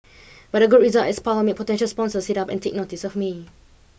but a good result at Spa will make potential sponsors sit up and take notice of me